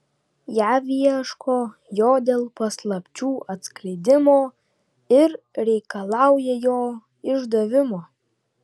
jav ieško jo dėl paslapčių atskleidimo ir reikalauja jo išdavimo